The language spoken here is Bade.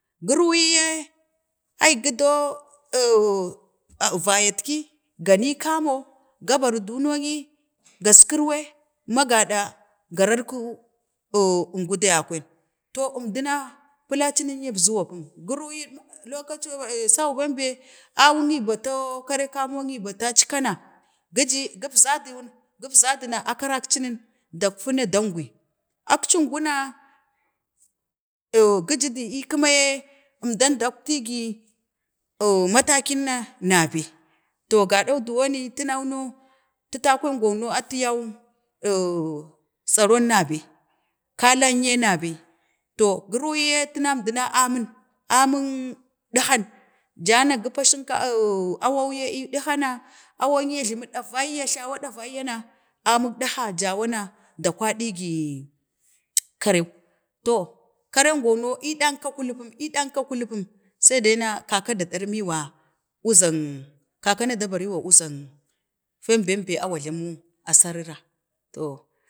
gu ruyi ye ai gu do ai, roo vayatki gari kamo ga bari dononyi gaskir wai ma ga ɗa ga rar ku, əmgudiya kwan, to əmduna pulacin yee əbzuwu pum, guruyi lokacu bee sau bembe awun ni bato kari kamong ni batau əekana, gi ji gipzadu na akarak cinin dakfina ɗangui, akcin guna, gi ji du te kəma yee əmdan dakti gi oh matakin na na bee, to gado duwo ni tunau no, titankwan gau no ati yau oo tsaron na bee, kalah yee na bee, to guru yi yee, tuna əmduna amin, amin, nin dihan, ja na kə pau siukafa, a wan yee dikkena awanye a jlamu ɗeyayya jlawo davayya na aminik ɗaha jawana da kwadigii, karew, to karen go no ɗanka, kəlupum, ee ɗanka kəlupum see sai na kaka da ɗarmiwa uzang kaka na da bariwa uzang feem bembe awaruma sarara, to